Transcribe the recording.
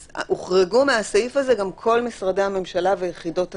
אז הוחרגו מהסעיף הזה גם כל משרדי הממשלה ויחידות הסמך.